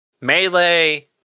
melee